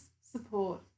support